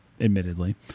admittedly